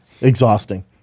Exhausting